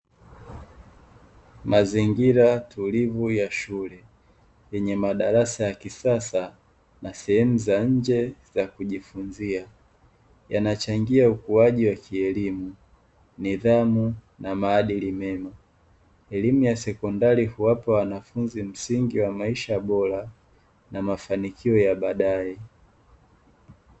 Mazingira tulivu ya shule lenye madarasa ya kisasa na sehemu za nje za kujifunzia, yanachangia ukuaji wa kielimu, nidhamu na maadili mema. Elimu ya sekondari huwapa wanafunzi msingi wa maisha bora na mafanikio ya baadae.